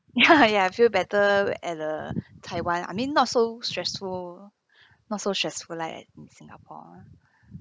ya ya I feel better at uh taiwan I mean not so stressful not so stressful like at in singapore